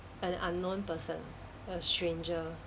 an unknown person a stranger